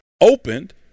opened